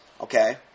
Okay